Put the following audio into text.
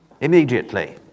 immediately